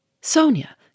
Sonia